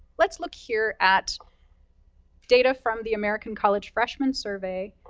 let's look here at data from the american college freshman survey,